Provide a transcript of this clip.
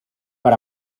per